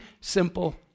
simple